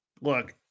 look